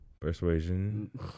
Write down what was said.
Persuasion